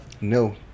No